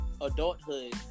adulthood